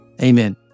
Amen